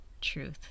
truth